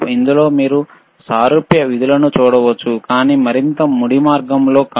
ఇందులో మీరు సారూప్య విధులను మరింత ముడి మార్గంలో చూడవచ్చు